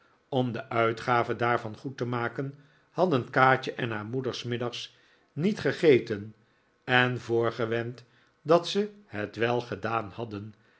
om de uitgave daarvan goed te maken hadden kaatje en haar moeder s middags niet gegeten en voorgewend dat ze het wel gedaan hadden